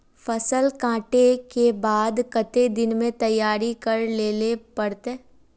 फसल कांटे के बाद कते दिन में तैयारी कर लेले पड़ते?